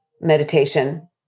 meditation